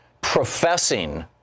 professing